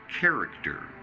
character